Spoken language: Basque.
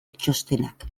txostenak